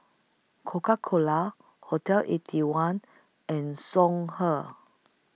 Coca Cola Hotel Eighty One and Songhe